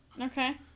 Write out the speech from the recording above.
Okay